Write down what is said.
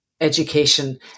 education